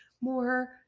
more